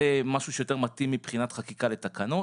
זה משהו שיותר מתאים מבחינת חקיקה לתקנות,